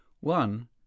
one